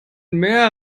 mehr